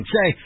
Say